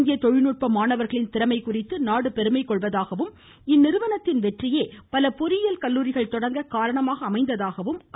இந்திய தொழில்நுட்ப மாணவர்களின் திறமை குறித்து நாடு பெருமை கொள்வதாகவும் இந்நிறுவனத்தின் வெற்றியே பல பொறியியல் கல்லூரிகள் தொடங்க காரணமாக அமைந்ததாகவும் அவர் குறிப்பிட்டார்